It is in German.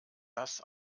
das